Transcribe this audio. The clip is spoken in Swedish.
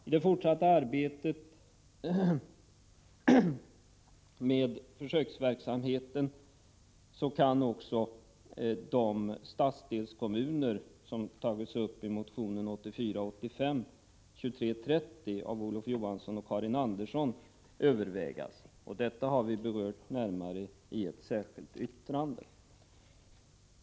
I det fortsatta arbetet med försöksverksamheten kan också de stadsdelskommuner som tagits upp i motion 1984/85:2330 av Olof Johansson och Karin Andersson övervägas, och detta har vi berört närmare i ett särskilt yttrande.